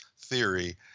theory